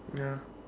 ya